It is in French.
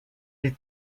les